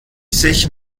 sich